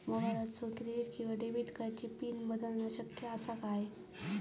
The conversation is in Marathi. मोबाईलातसून क्रेडिट किवा डेबिट कार्डची पिन बदलना शक्य आसा काय?